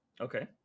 Okay